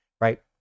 right